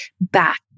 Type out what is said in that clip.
back